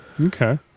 okay